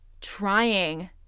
trying